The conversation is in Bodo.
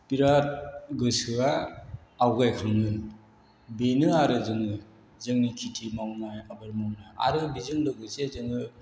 बिराद गोसोआ आवगायखाङो बेनो आरो जोङो जोंनि खेति मावनाय आबाद मावनाया आरो बेजों लोगोसे जोङो